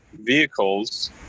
vehicles